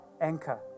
anchor